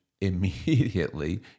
immediately